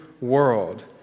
world